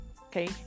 Okay